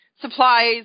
supplies